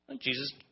Jesus